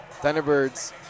Thunderbirds